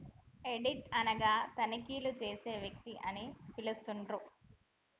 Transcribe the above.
audit అనగా తనిఖీలు చేసే వ్యక్తి అని పిలుత్తండ్రు